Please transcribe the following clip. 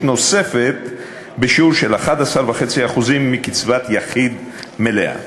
נוספת בשיעור של 11.5% מקצבת יחיד מלאה.